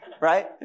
right